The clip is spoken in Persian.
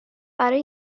برای